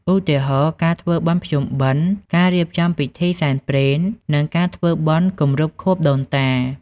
ឧទាហរណ៍ ការធ្វើបុណ្យភ្ជុំបិណ្ឌ ការរៀបចំពិធីសែនព្រេន និងការធ្វើបុណ្យគម្រប់ខួបដូនតា។